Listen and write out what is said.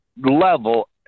level